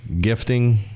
gifting